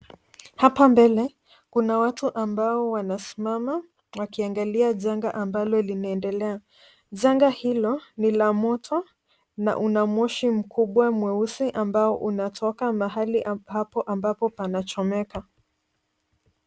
Hapa mbele kuna watu ambao wanasimama wakiangalia janga amablo linaendelea. Janga hilo ni la moto na una moshi mkubwa mweusi ambao unatoka mahali hapo ambapo panachomeka.